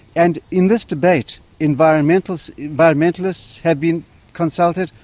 and in this debate, environmentalists environmentalists have been consulted,